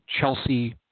Chelsea